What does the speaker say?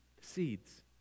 Seeds